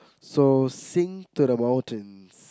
so sing to the mountains